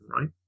right